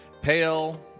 pale